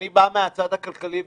אני בא מהצד הכלכלי.